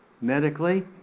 medically